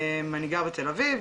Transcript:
אני גר בתל אביב,